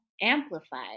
amplified